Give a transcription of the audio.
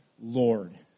Lord